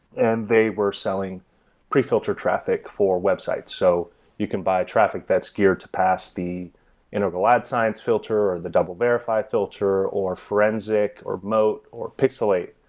and they were selling pre-filtered traffic for websites. so you can buy traffic that's geared to pass the integral ad science filter, or the double verified filter, or forensic, or moat, or pixelate,